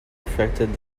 affected